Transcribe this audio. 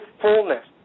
fullness